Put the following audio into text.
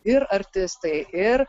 ir artistai ir